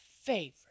favorite